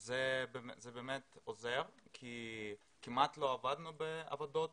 זה באמת עוזר כי כמעט לא עבדנו בעבודות